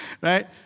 Right